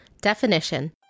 Definition